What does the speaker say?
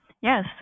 Yes